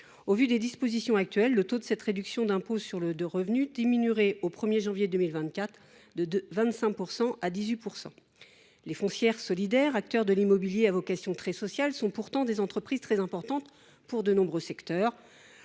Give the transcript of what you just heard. termes des dispositions en vigueur, le taux de cette réduction d’impôt sur le revenu diminuerait au 1 janvier 2024, passant de 25 % à 18 %. Les foncières solidaires, acteurs de l’immobilier à vocation très sociale, sont pourtant des entreprises très importantes pour de nombreux secteurs,